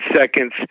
seconds